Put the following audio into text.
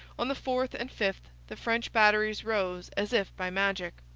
on the fourth and fifth the french batteries rose as if by magic.